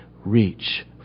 reach